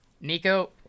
Nico